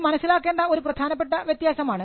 ഇത് മനസ്സിലാക്കേണ്ട ഒരു പ്രധാനപ്പെട്ട വ്യത്യാസമാണ്